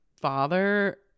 father